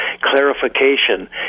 clarification